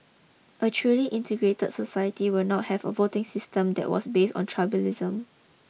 a truly integrated society would not have a voting system that was based on tribalism